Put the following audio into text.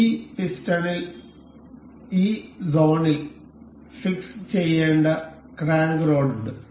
ഈ പിസ്റ്റോണിൽ ഈ സോണിൽ ഫിക്സ് ചെയ്യേണ്ട ക്രങ്ക്റോഡ് ഉണ്ട്